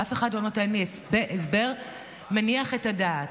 ואף אחד לא נותן לי הסבר מניח את הדעת.